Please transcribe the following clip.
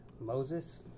Moses